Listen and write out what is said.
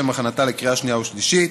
לשם הכנתה לקריאה שנייה ושלישית.